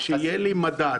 שיהיה לי מדד.